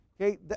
Okay